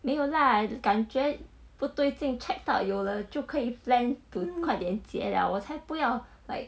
没有 lah 感觉不对劲 check 都有就可以 plan to 快点结我才不要 like